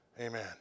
Amen